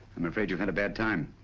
i'm afraid you've had a bad time.